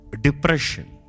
depression